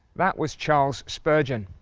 that was charles spurgeon.